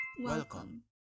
Welcome